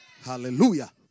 Hallelujah